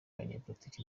abanyapolitiki